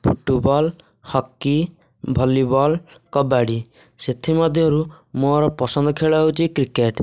football hockey volleyball kabaddi ସେଥିମଧ୍ୟରୁ ମୋର ପସନ୍ଦ ଖେଳ ହେଉଛି କ୍ରିକେଟ୍